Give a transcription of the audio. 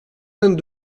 vingt